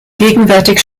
gegenwärtig